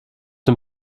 den